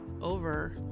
over